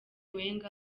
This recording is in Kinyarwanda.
wenger